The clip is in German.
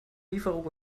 lieferung